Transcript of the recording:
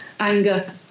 Anger